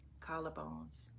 collarbones